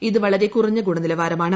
ഇത് വളരെ കുറഞ്ഞ ഗുണനിലവാരമാണ്